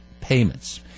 payments